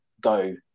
go